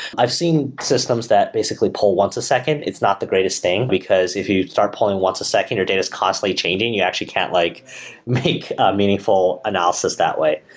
i've seen systems that basically pull once a second. it's not the greatest thing, because if you start pulling once a second, your data is constantly changing. you actually can't like make meaningful analysis that way.